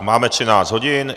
Máme 13 hodin.